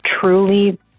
truly